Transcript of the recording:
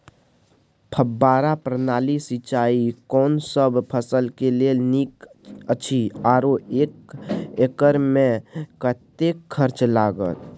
फब्बारा प्रणाली सिंचाई कोनसब फसल के लेल नीक अछि आरो एक एकर मे कतेक खर्च लागत?